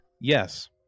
Yes